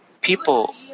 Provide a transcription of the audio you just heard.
People